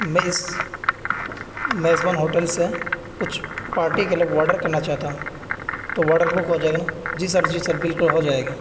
میں اس میزبان ہوٹل سے کچھ پارٹی کے لیے واڈر کرنا چاہتا ہوں تو واڈر بک ہو جائے گا نا جی سر جی سر بالکل ہو جائے گا